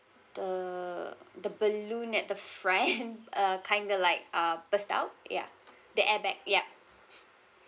the the balloon at the front uh kind of like uh burst out ya the airbag yup